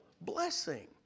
blessing